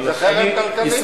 זה חרם כלכלי.